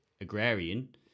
agrarian